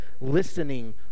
listening